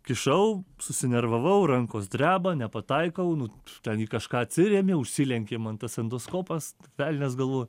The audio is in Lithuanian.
kišau susinervavau rankos dreba nepataikau nu ten į kažką atsiremė užsilenkė man tas endoskopas velnias galvoju